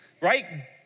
right